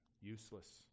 useless